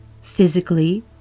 physically